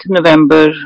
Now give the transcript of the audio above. November